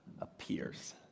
appears